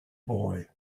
boy